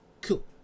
Cool